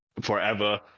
forever